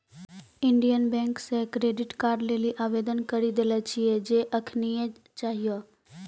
Indian bank से credit card लेली आवेदन करी देले छिए जे एखनीये चाहियो